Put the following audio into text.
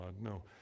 No